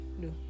No